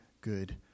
good